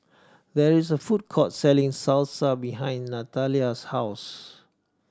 there is a food court selling Salsa behind Natalia's house